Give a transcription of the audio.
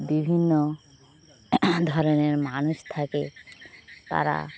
বিভিন্ন ধরনের মানুষ থাকে তারা